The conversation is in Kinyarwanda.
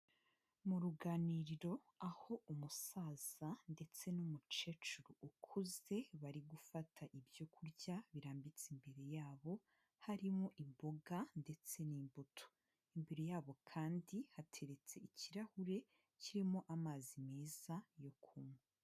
Mu ruganiriro aho umusaza ndetse n'umucecuru ukuze, bari gufata ibyo kurya birambitse imbere yabo, harimo imboga ndetse n'imbuto, imbere yabo kandi hateretse ikirahure kirimo amazi meza yo kunywa.